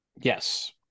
Yes